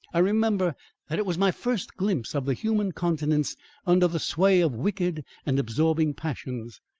i remember that it was my first glimpse of the human countenance under the sway of wicked and absorbing passions.